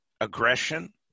aggression